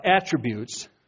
attributes